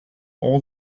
all